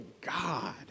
God